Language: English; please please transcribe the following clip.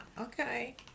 okay